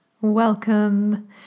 welcome